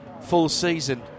full-season